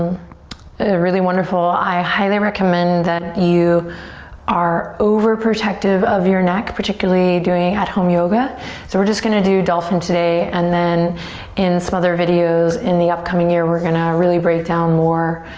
really wonderful. i highly recommend that you are overprotective of your neck. particularly doing at home yoga so we're just going to do dolphin today and then in some other videos in the upcoming year we're gonna really break down more